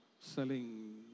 selling